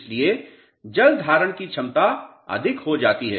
इसलिए जल धारण की क्षमता अधिक हो जाती है